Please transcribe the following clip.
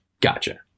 Gotcha